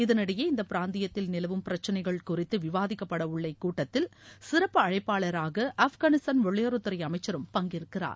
இதனிடையே இந்த பிராந்தியத்தில் நிலவும் பிரச்சினைகள் குறித்து விவாதிக்கப்பட உள்ள இக்கூட்டத்தில் சிறப்பு அழைப்பளாராக ஆப்கானிஸ்தான் வெளியுறவுத்துறை அமைச்சரும் பங்கேற்கிறார்